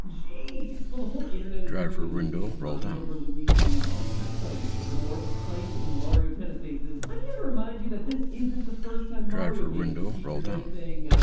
geez! while the whole internet is currently losing its mind over luigi's. ahem um warp pipe. in mario tennis aces, i'm here to remind you that this isn't the first time mario games have featured anything.